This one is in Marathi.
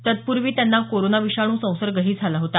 तत्पूर्वी त्यांना कोरोना विषाणू संसर्गही झाला होता